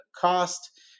cost